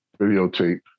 videotape